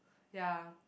ya